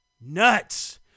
Nuts